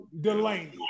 Delaney